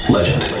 Legend